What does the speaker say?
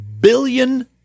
billion